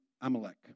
Amalek